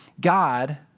God